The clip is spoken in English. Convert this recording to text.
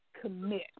Commit